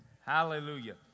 Hallelujah